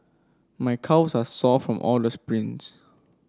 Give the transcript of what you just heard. my calves are sore from all the sprints